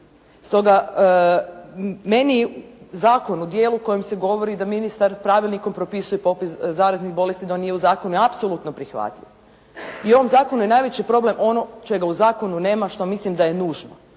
Stoga, meni zakon u dijelu u kojem se govori da ministar pravilnikom propisuje popis zaraznih bolesti …/Govornik se ne razumije./… apsolutno prihvatljiv. I u ovom zakonu je najveći problem ono čega u zakonu nema, što mislim da je nužno.